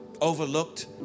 overlooked